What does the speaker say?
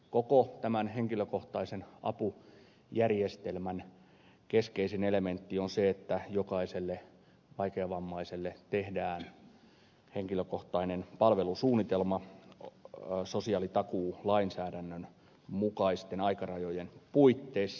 koko tämän henkilökohtaisen apujärjestelmän keskeisin elementti on se että jokaiselle vaikeavammaiselle tehdään henkilökohtainen palvelusuunnitelma sosiaalitakuulainsäädännön mukaisten aikarajojen puitteissa